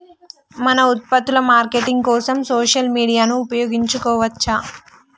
మన ఉత్పత్తుల మార్కెటింగ్ కోసం సోషల్ మీడియాను ఉపయోగించవచ్చా?